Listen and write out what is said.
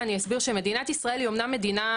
ואני אסביר שמדינת ישראל היא אומנם מדינה,